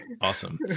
Awesome